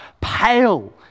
pale